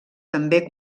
també